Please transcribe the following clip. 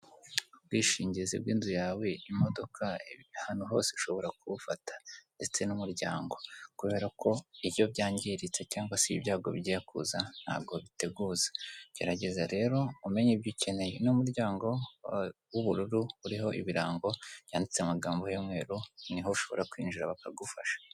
Ubwishingizi bw'inzu yawe, imodoka, ahantu hose ishobora kubufata ndetse n'umuryango kubera ko iyo byangiritse cyangwa se ibyago bigiye kuza ntabwo biteguza. Gerageza rero umenye ibyo ukeneye. Uno muryango w'ubururu uriho ibirango byanditseho amagambo y'umweru, ni ho ushobora kwinjira bakagufasha.